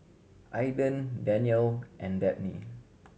Ayden Danniel and Dabney